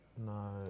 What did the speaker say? No